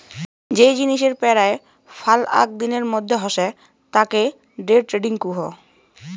যেই জিনিসের পেরায় ফাল আক দিনের মধ্যে হসে তাকে ডে ট্রেডিং কুহ